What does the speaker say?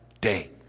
day